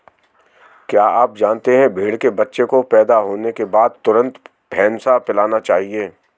क्या आप जानते है भेड़ के बच्चे को पैदा होने के बाद तुरंत फेनसा पिलाना चाहिए?